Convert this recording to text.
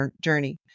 journey